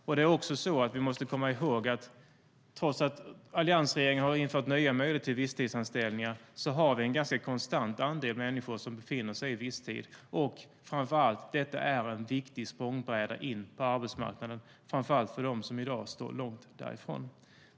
Vi måste också komma ihåg att trots att alliansregeringen har infört nya möjligheter till visstidsanställningar är det en ganska konstant andel människor som befinner sig i visstid. Framför allt är detta en viktig språngbräda in på arbetsmarknaden för dem som i dag står långt därifrån.